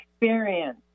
experience